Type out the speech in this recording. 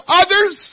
others